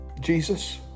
Jesus